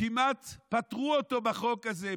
כמעט פטרו אותו בחוק הזה,